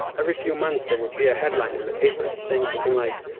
every few months there would be a headline in the papers saying something like,